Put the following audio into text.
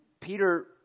Peter